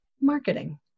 marketing